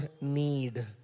need